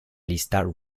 lista